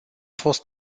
fost